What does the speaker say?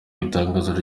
itangazo